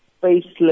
faceless